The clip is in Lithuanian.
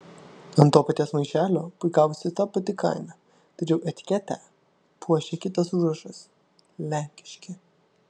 ant to paties maišelio puikavosi ta pati kaina tačiau etiketę puošė kitas užrašas lenkiški